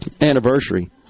anniversary